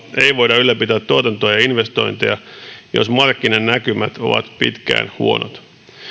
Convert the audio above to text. ei voida ylläpitää tuotantoa ja investointeja jos markkinan näkymät ovat pitkään huonot